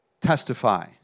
Testify